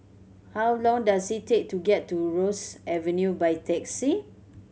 how long does it take to get to Rosyth Avenue by taxi